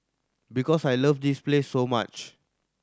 because I love this place so much